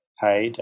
paid